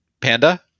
Panda